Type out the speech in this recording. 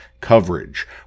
coverage